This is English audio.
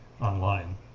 online